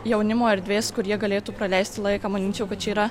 jaunimo erdvės kur jie galėtų praleisti laiką manyčiau kad čia yra